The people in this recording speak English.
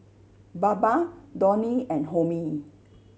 Baba Dhoni and Homi